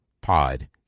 pod